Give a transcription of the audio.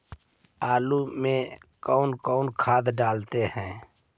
आलू में कौन कौन खाद डालते हैं?